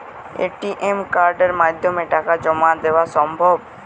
ATM কার্ডের মাধ্যমে টাকা জমা দেওয়া সম্ভব?